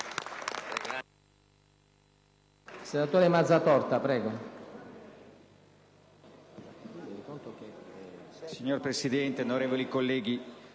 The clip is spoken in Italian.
Signor Presidente, onorevoli colleghi,